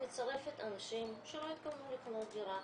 מצרפת אנשים שלא התכוונו לקנות דירה,